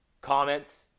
comments